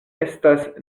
estas